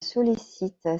sollicite